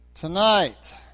Tonight